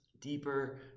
deeper